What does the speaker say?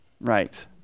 right